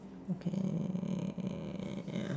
okay